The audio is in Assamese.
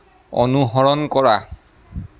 অনুসৰণ কৰা